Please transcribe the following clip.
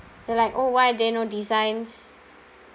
they're like oh why there are no designs